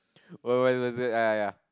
when when was it ya ya ya